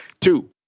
Two